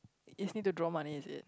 is need to draw money is it